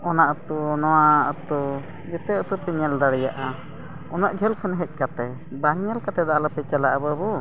ᱚᱱᱟ ᱟᱹᱛᱩ ᱱᱚᱣᱟ ᱟᱹᱛᱩ ᱡᱮᱛᱮ ᱟᱹᱛᱩᱯᱮ ᱧᱮᱞ ᱫᱟᱲᱮᱭᱟᱜᱼᱟ ᱩᱱᱟᱹᱜ ᱡᱷᱟᱹᱞ ᱠᱷᱚᱱ ᱦᱮᱡ ᱠᱟᱛᱮᱫ ᱵᱟᱝ ᱧᱮᱞ ᱠᱟᱛᱮᱫ ᱫᱚ ᱟᱞᱚᱯᱮ ᱪᱟᱞᱟᱜᱼᱟ ᱵᱟᱹᱵᱩ